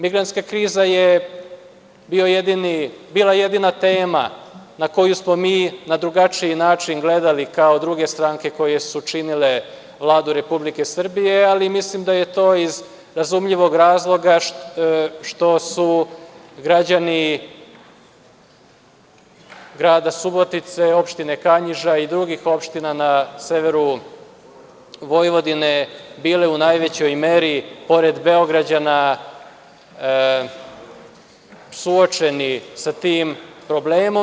Migrantska kriza je bila jedina tema na koju smo na drugačiji način gledali u odnosu na druge stranke koje su činile Vladu Republike Srbije, ali mislim da je to iz razumljivog razloga što su građani grada Subotice, opštine Kanjiža i drugih opština na severu Vojvodine bile u najvećoj meri, pored Beograđana, suočeni sa tim problemom.